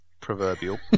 proverbial